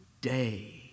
day